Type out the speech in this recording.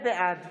בעד